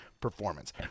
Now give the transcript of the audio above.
performance